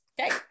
Okay